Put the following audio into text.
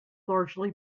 largely